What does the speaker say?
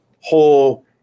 whole